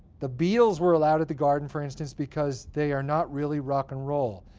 the beatles were allowed at the garden, for instance, because they are not really rock and roll.